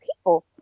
people